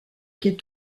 quais